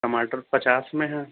ٹماٹر پچاس میں ہے